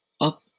up